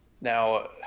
Now